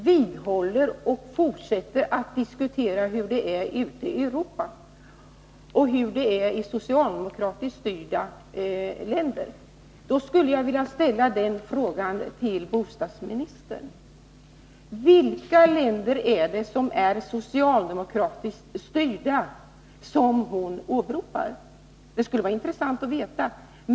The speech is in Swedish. Herr talman! Bostadsministern fortsätter att diskutera hur det är ute i Europa i socialdemokratiskt styrda länder. Då skulle jag vilja ställa frågan: Vilka socialdemokratiskt styrda länder är det som bostadsministern åberopar? Det skulle vara intressant att höra.